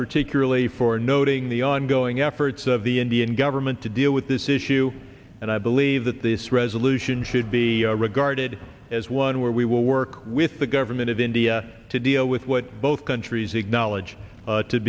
particularly for noting the ongoing efforts of the indian government to deal with this issue and i believe that this resolution should be regarded as one where we will work with the government of india to deal with what both countries acknowledge